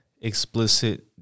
explicit